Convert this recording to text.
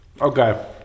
Okay